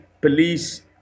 police